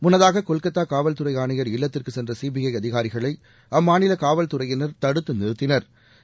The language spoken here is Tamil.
முன்னதாக கொல்கத்தா காவல்துறை ஆணையா இல்லத்திற்கு சென்ற சிபிஐ அதிகாரிகளை அம்மாநில காவல்துறையினா் தடுத்து நிறுத்தினா்